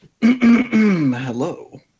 Hello